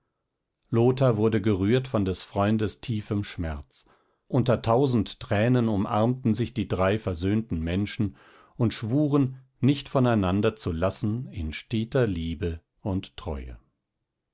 lothar wurde gerührt von des freundes tiefem schmerz unter tausend tränen umarmten sich die drei versöhnten menschen und schwuren nicht voneinander zu lassen in steter liebe und treue